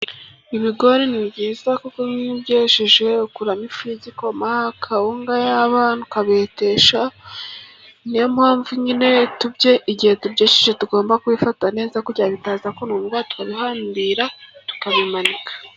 Ibigori ni byiza, kuko nk'iyo ubyejeje ukuramo ifu y'igikoma, kawunga y'abana ukabitesha, ni yo mpamvu nyine igihe tubyejeje tugomba kubifata neza kugira ngo bitaza kumungwa, tukabihambira, tukabimanika.